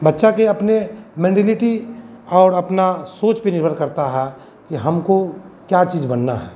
बच्चा के अपने मेन्डेलिटी और अपना सोच पर निर्भर करता है कि हमको क्या चीज़ बनना है